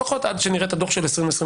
לפחות עד שנראה את הדו"ח של 2022,